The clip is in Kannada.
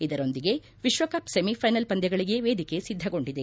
ಇದರೊಂದಿಗೆ ವಿಶ್ವಕಪ್ ಸೆಮಿಫ್ಲಿನಲ್ ಪಂದ್ಯಗಳಗೆ ವೇದಿಕೆ ಸಿದ್ದಗೊಂಡಿದೆ